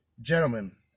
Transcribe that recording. Gentlemen